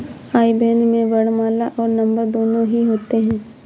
आई ban में वर्णमाला और नंबर दोनों ही होते हैं